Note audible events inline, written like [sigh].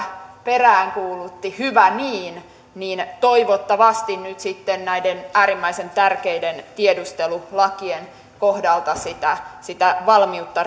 peräänkuulutti hyvä niin niin toivottavasti nyt sitten näiden äärimmäisen tärkeiden tiedustelulakien kohdalta sitä sitä valmiutta [unintelligible]